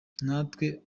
ntawe